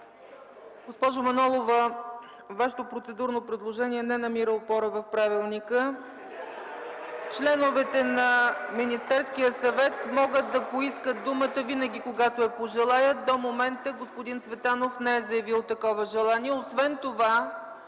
Госпожо Манолова, Вашето процедурно предложение не намира опора в правилника. (Оживление. Смях.) Членовете на Министерския съвет могат да поискат думата винаги, когато я пожелаят. До момента господин Цветанов не е заявил такова желание. Освен това